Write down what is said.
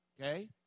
Okay